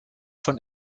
von